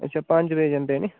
अच्छा पंज बजे जंदे हैनी